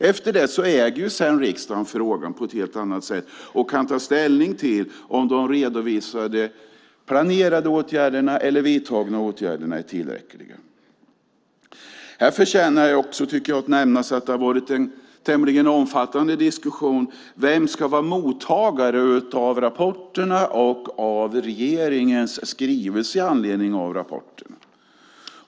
Efter det äger riksdagen frågan på ett helt annat sätt och kan ta ställning till om de redovisade planerade åtgärderna eller vidtagna åtgärderna är tillräckliga. Här förtjänar också, tycker jag, att nämnas att det har varit en tämligen omfattande diskussion om vem som ska vara mottagare av rapporterna och av regeringens skrivelse i anledning av rapporterna.